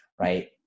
right